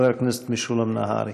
חבר הכנסת משולם נהרי.